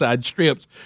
strips